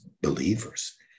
believers